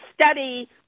study